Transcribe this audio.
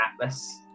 Atlas